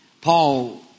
Paul